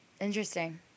Interesting